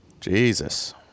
Jesus